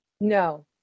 No